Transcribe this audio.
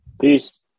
Peace